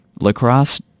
lacrosse